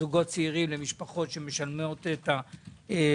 לזוגות צעירים, למשפחות שמשלמות משכנתה.